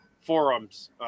forums